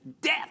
death